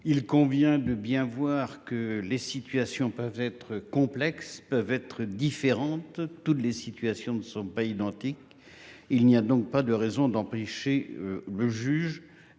Il convient de bien voir que les situations peuvent être complexes peuvent être différentes, toutes les situations ne sont pas identiques. Il n'y a donc pas de raison d'empêcher le juge